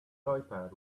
joypad